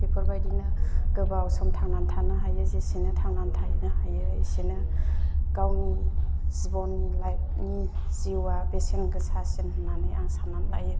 बेफोरबायदिनो गोबाव सम थांनानै थानो हायो जेसेनो थांनानै थानो हायो एसेनो गाव जिबननि लाइफनि जिउआ बेसेन गोसासिन होननानै आं साननानै लायो